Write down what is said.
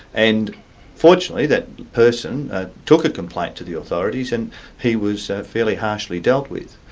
and fortunately, that person took a complaint to the authorities, and he was fairly harshly dealt with.